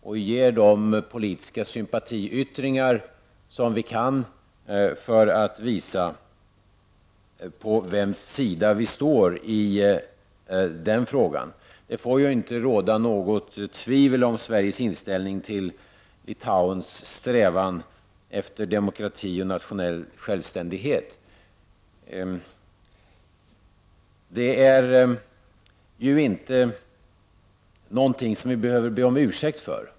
Vi bör således ge de politiska sympatiyttringar som vi kan ge för att visa på vems sida vi står i denna fråga. Det får inte råda något tvivel om Sveriges inställning till Litauens strävan efter demokrati och nationell självständighet. Detta är inte något som vi behöver be om ursäkt för.